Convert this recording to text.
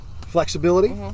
Flexibility